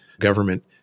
government